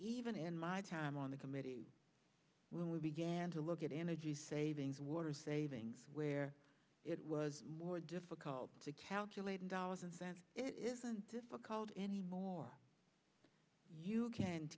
even in my time on the committee when we began to look at energy savings water savings where it was more difficult to calculate in dollars and cents it's called anymore you can